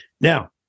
Now